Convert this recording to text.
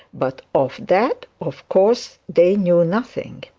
but of that of course they knew nothing.